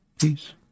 peace